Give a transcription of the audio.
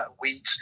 wheat